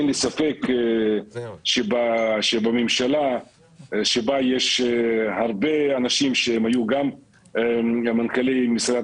אין לי ספק שבממשלה שבה יש הרבה אנשים שהם היו גם מנכ"לי משרד